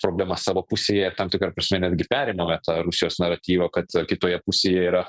problemas savo pusėje tam tikra prasme netgi perimame tą rusijos naratyvą kad kitoje pusėje yra